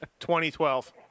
2012